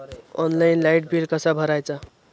Online light bill कसा भरायचा?